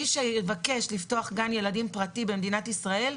מי שיבקש לפתוח גן ילדים פרטי במדינת ישראל,